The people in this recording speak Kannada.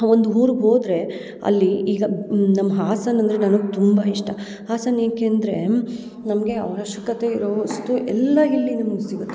ಒಂದು ಊರಿಗ್ ಹೋದರೆ ಅಲ್ಲಿ ಈಗ ನಮ್ಮ ಹಾಸನ ಅಂದರೆ ನನಗೆ ತುಂಬ ಇಷ್ಟ ಹಾಸನ ಏಕೆ ಅಂದ್ರೆ ನಮಗೆ ಅವಶ್ಯಕತೆ ಇರೋ ವಸ್ತು ಎಲ್ಲ ಇಲ್ಲಿ ನಮ್ಗೆ ಸಿಗುತ್ತೆ